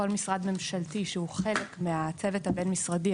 כל משרד ממשלתי שהוא חלק מהצוות הבין משרדי.